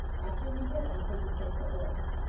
after he had offered to take the oars,